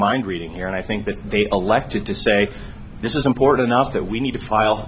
mind reading here and i think that they elected to say this is important enough that we need to file